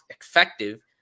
effective